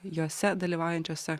jose dalyvaujančiose